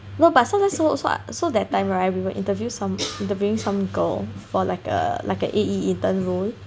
no but sometimes so I~ so that time right we were interview some we were interviewing some girl for an A_E intern role